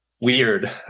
weird